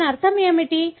దాని అర్థం ఏమిటి